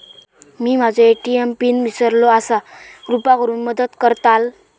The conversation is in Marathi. मी माझो ए.टी.एम पिन इसरलो आसा कृपा करुन मदत करताल